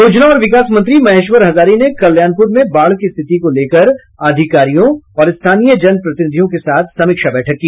योजना और विकास मंत्री महेश्वर हजारी ने कल्याणपुर में बाढ़ की स्थिति को लेकर अधिकारियों और स्थानीय जन प्रतिनिधियों के साथ समीक्षा बैठक की